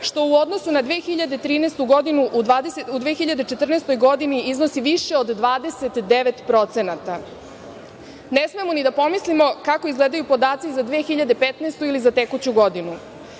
što u odnosu na 2013. godinu u 2014. godini iznosi više od 29%. Ne smemo ni da pomislimo kako izgledaju podaci za 2015. ili za tekuću godinu.